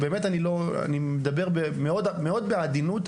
באמת אני מדבר מאוד בעדינות,